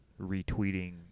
retweeting